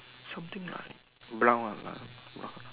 something like brown one lah brown